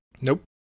Nope